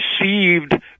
received